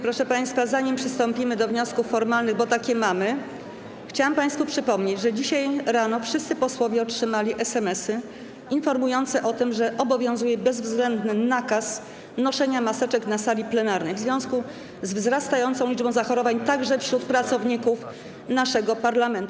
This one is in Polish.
Proszę państwa, zanim przystąpimy do wniosków formalnych, bo takie mamy, chciałam państwu przypomnieć, że dzisiaj rano wszyscy posłowie otrzymali SMS-y informujące o tym, że obowiązuje bezwzględny nakaz noszenia maseczek na sali plenarnej w związku ze wzrastającą liczbą zachorowań, także wśród pracowników naszego parlamentu.